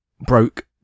broke